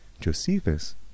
Josephus